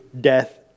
death